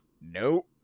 Nope